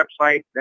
website